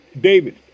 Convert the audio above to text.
David